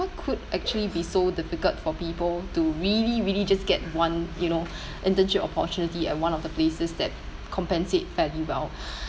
it could actually be so difficult for people to really really just get one you know internship opportunity at one of the places that compensate fairly well